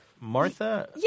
Martha